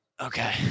Okay